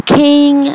king